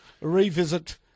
revisit